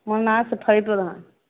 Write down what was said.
ମୋ ନାଁ ଶେଫାଳି ପ୍ରଧାନ